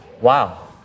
Wow